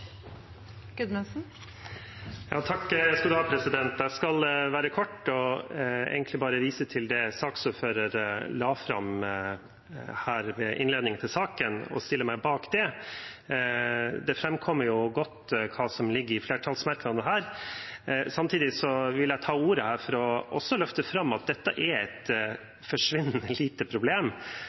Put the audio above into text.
Jeg skal være kort og egentlig bare vise til det saksordføreren la fram her ved innledningen til saken, og stille meg bak det. Det framkommer jo godt hva som ligger i flertallsmerknadene her. Samtidig vil jeg ta ordet for også å løfte fram at dette er et forsvinnende lite problem,